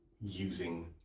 using